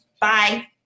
Bye